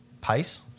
pace